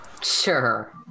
Sure